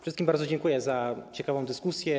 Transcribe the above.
Wszystkim bardzo dziękuję za ciekawą dyskusję.